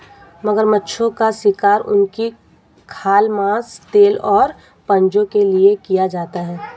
मगरमच्छों का शिकार उनकी खाल, मांस, तेल और पंजों के लिए किया जाता है